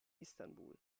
istanbul